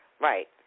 Right